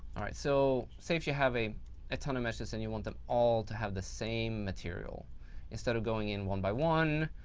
alright. so say if you have a ton of meshes and you want them all to have the same material instead of going in one by one,